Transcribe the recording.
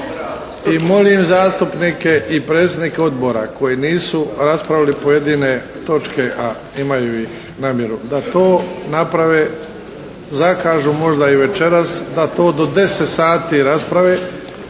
Molim zastupnike i predsjednike odbora koji nisu raspravili pojedine točke a imaju ih namjeru da to naprave, zakažu možda i večeras, da to do 10 sati rasprave.